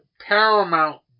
Paramount